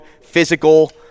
physical